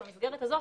אבל במסגרת הזו